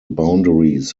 boundaries